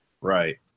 Right